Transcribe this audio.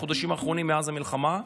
בחודשים האחרונים, מאז המלחמה,